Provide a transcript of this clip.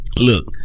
look